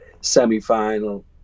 semi-final